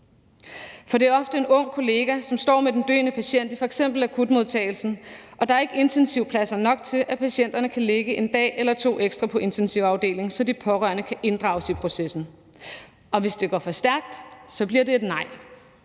For det er ofte en ung kollega, som står med den døende patient i f.eks. akutmodtagelsen, og der er ikke intensivpladser nok til, at patienterne kan ligge en dag eller to ekstra på intensivafdelingen, så de pårørende kan inddrages i processen. Og hvis det går for stærkt, bliver det et nej.